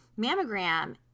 mammogram